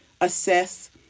assess